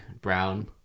Brown